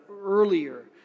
earlier